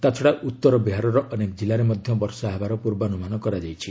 ତାଛଡ଼ା ଉତ୍ତର ବିହାରର ଅନେକ ଜିଲ୍ଲାରେ ମଧ୍ୟ ବର୍ଷା ହେବାର ପୂର୍ବାନୁମାନ କରାଯାଇଛି